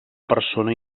persona